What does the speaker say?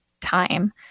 time